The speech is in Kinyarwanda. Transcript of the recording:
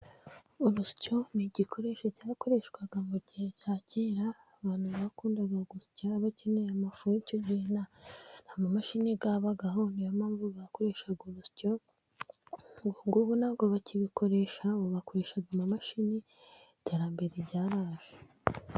Urusyo ni igikoresho cyakoreshwa mu gihe cya kera, abantu bakunda gusya bakeneye amafu, icyo gihe nta amamashini yabagaho, niyo mpamvu bakoreshaga urusyo, ubu ntabwo bakibikoresha, bakoresha amamashini iterambere rya ryaje.